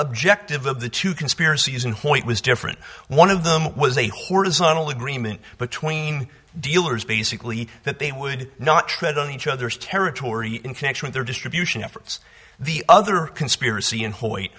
objective of the two conspiracies and what was different one of them was a horizontal agreement between dealers basically that they would not tread on each other's territory in connection with their distribution efforts the other conspiracy in h